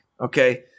okay